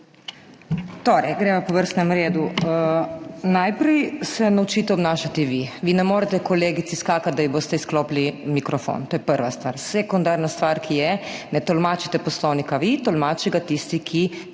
Torej, gremo po vrstnem redu. Najprej se naučite obnašati vi. Vi ne morete skakati kolegici [v besedo], da ji boste izklopili mikrofon. To je prva stvar. Sekundarna stvar, Poslovnika ne tolmačite vi, tolmači ga tisti, ki